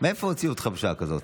מאיפה הוציאו אותך בשעה כזאת?